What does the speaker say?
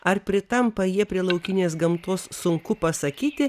ar pritampa jie prie laukinės gamtos sunku pasakyti